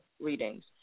readings